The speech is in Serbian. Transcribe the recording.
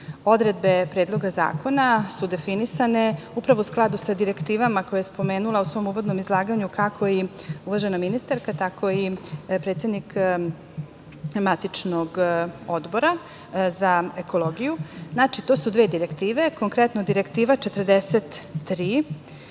mreži. Odredbe Predloga zakona su definisane upravo u skladu sa direktivama koje je spomenula u svom uvodnom izlaganju kako i uvažena ministarka, tako i predsednik matičnog odbora za ekologiju. Znači, to su dve direktive, konkretno, Direktiva 43